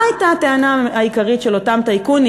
מה הייתה הטענה העיקרית של אותם טייקונים